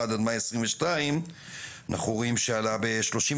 מאי 2022 אנחנו רואים שהוא עלה ב-37%.